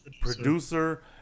producer